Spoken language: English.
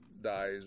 dies